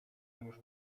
już